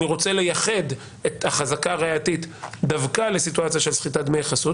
אני רוצה לייחד את החזקה הראייתית דווקא לסיטואציה של סחיטת דמי חסות